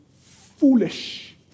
foolish